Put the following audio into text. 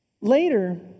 Later